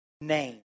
name